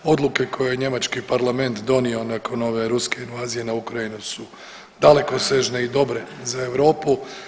Odluke koje njemački parlament donio nakon ove Ruske invazije na Ukrajinu su dalekosežne i dobre za Europu.